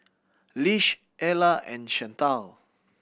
Lish Ella and Chantal